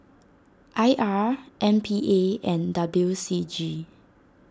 I R M P A and W C G